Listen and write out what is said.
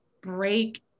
break